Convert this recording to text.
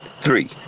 three